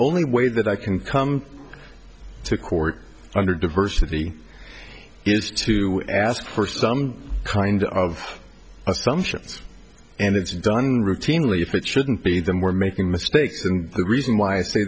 only way that i can come to court under diversity is to ask for some kind of assumptions and it's done routinely if it shouldn't be them we're making mistakes and the reason why i say